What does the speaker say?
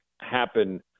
happen